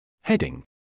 Heading